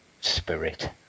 spirit